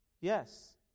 yes